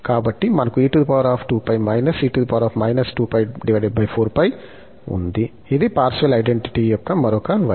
కాబట్టి మనకు ఉంది ఇది పార్సివల్ ఐడెంటిటీ యొక్క మరొక వైపు